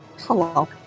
Hello